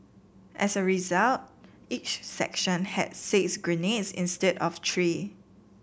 as a result each section had six grenades instead of three